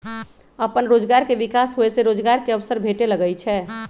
अप्पन रोजगार के विकास होय से रोजगार के अवसर भेटे लगैइ छै